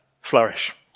flourish